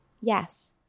Yes